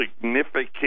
significant